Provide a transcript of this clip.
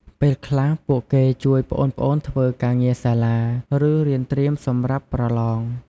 ពេលខ្លះ ពួកគេជួយប្អូនៗធ្វើការងារសាលា ឬរៀនត្រៀមសម្រាប់ប្រឡង។